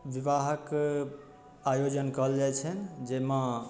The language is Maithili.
विवाहक आयोजन कयल जाइ छनि जाहिमे